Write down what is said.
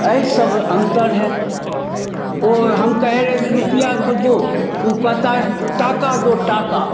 अई सब अंतर है वह हम कह रहें रूपया को दो त उ कहता है टाका दो टाका